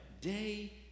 day